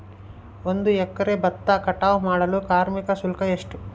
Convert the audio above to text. ಒಂದು ಎಕರೆ ಭತ್ತ ಕಟಾವ್ ಮಾಡಲು ಕಾರ್ಮಿಕ ಶುಲ್ಕ ಎಷ್ಟು?